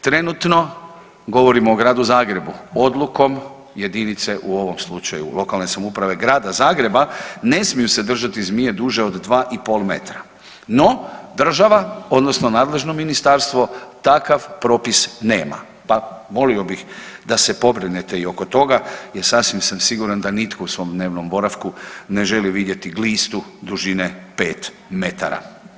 Trenutno govorim o Gradu Zagrebu odlukom jedinice u ovom slučaju lokalne samouprave Grada Zagreba ne smiju se držati zmije duže od 2,5 metra, no država odnosno nadležno ministarstvo takav propis nema, pa molio bih da se pobrinete i oko toga jer sasvim sam siguran da nitko u svom dnevnom boravku ne želi vidjeti glistu dužine 5 metara.